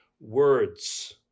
words